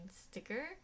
sticker